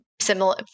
similar